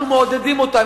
אנחנו מעודדים אותם.